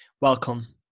Welcome